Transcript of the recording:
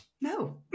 no